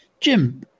Jim